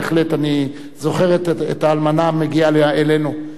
בהחלט, אני זוכר את האלמנה מגיעה אלינו.